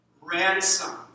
ransom